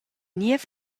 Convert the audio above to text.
niev